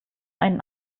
einen